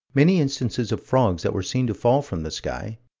many instances of frogs that were seen to fall from the sky.